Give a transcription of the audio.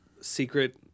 secret